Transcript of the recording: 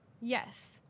Yes